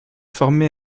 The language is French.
formé